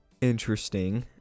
Interesting